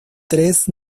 tres